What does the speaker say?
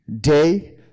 day